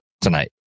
tonight